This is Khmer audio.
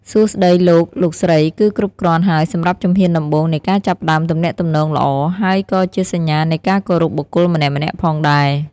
សួស្ដី លោក លោកស្រី គឺគ្រប់គ្រាន់ហើយសម្រាប់ជំហានដំបូងនៃការចាប់ផ្ដើមទំនាក់ទំនងល្អ ហើយក៏ជាសញ្ញានៃការគោរពបុគ្គលម្នាក់ៗផងដែរ។